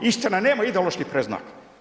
Istina, nema ideoloških predznaka.